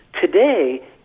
Today